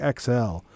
XL